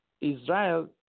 Israel